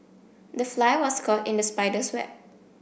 the fly was caught in the spider's web